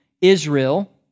Israel